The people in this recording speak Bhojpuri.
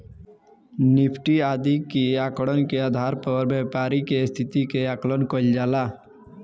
निफ्टी आदि के आंकड़न के आधार पर व्यापारि के स्थिति के आकलन कईल जाला